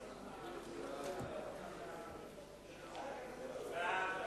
חוק לתיקון פקודת מס הכנסה (מס' 174,